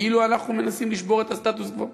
כאילו אנחנו מנסים לשבור את הסטטוס-קוו.